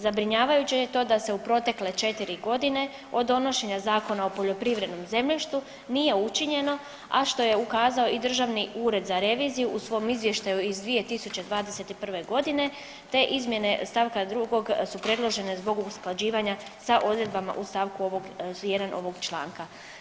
Zabrinjavajuće je i to da se u protekle četiri godine od donošenja Zakona o poljoprivrednom zemljištu i nije učinjeno a što je ukazao i Državni ured za reviziju u svom izvještaju iz 2021. godine, te izmjene stavka drugog su predložene zbog usklađivanja sa odredbama u stavku 1. ovog članka.